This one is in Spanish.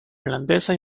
irlandesa